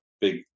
big